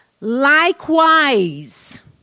likewise